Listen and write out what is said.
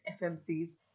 FMCs